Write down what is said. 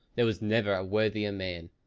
there was never a worthier man.